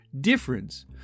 difference